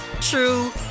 true